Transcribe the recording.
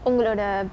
உங்களோட:ungeloda